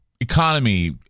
Economy